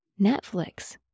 Netflix